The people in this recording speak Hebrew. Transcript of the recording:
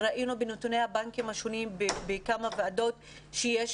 וראינו בנתוני הבנקים השונים בכמה ועדות שיש